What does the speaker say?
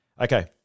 Okay